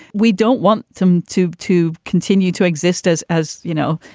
we don't want to to to continue to exist as as, you know,